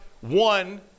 one